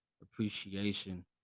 Appreciation